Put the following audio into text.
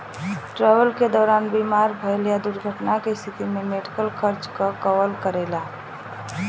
travel क दौरान बीमार भइले या दुर्घटना क स्थिति में मेडिकल खर्च क कवर करेला